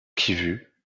kivu